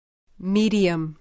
Medium